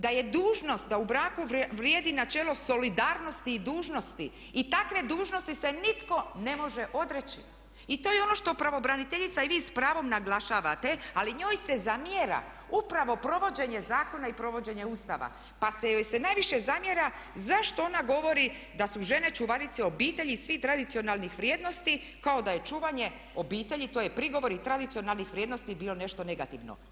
Da je dužnost da u braku vrijedi načelo solidarnosti i dužnosti i takve dužnosti se nitko ne može odreći i to je ono što pravobraniteljica i vi s pravom naglašavate ali njoj se zamjera upravo provođenje zakona i provođenje Ustava pa se joj se najviše zamjera zašto ona govori da su žene čuvarice obitelji i svih tradicionalnih vrijednosti kao da je čuvanje obitelji, to je prigovor i tradicionalnih vrijednosti bio nešto negativno.